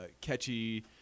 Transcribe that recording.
catchy